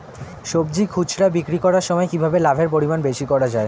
সবজি খুচরা বিক্রি করার সময় কিভাবে লাভের পরিমাণ বেশি করা যায়?